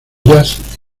jazz